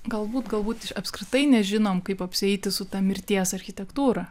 galbūt galbūt apskritai nežinom kaip apsieiti su ta mirties architektūra